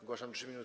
Ogłaszam 3-